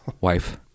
wife